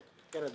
כן, אדוני.